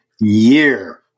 year